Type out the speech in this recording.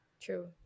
True